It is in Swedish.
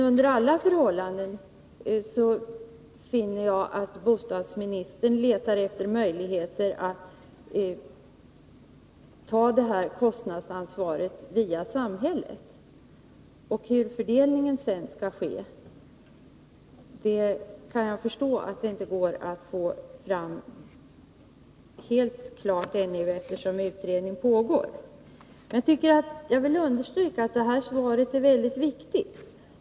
Under alla förhållanden finner jag att bostadsministern letar efter möjligheter att ta det här kostnadsansvaret via samhället. Jag förstår att det ännu inte går att få något klart besked om hur kostnadsfördelningen skall ske, eftersom utredning pågår, men jag vill understryka att ett sådant besked är mycket viktigt.